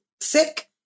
sick